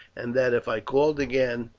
and that if i called again,